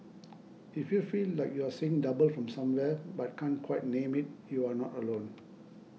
if you feel like you're seeing double from somewhere but can't quite name it you're not alone